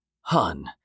Hun